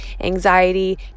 anxiety